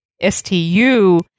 s-t-u